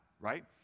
right